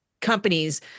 companies